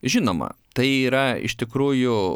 žinoma tai yra iš tikrųjų